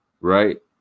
right